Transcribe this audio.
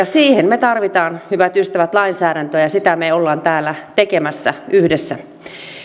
siihen me tarvitsemme hyvät ystävät lainsäädäntöä ja sitä me olemme täällä tekemässä yhdessä